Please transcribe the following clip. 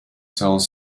cell